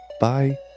Bye